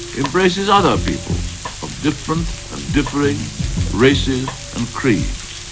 embraces other peoples of different and differing races and creeds,